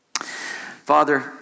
Father